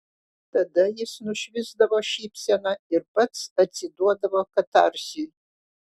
tada jis nušvisdavo šypsena ir pats atsiduodavo katarsiui